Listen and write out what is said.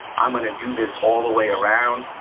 i'm gonna do this all the way around,